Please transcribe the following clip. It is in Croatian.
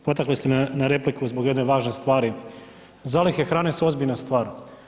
Potakli ste me na repliku zbog jedne važne stvari, zaliha hrane su ozbiljna stvar.